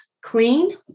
clean